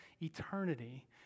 eternity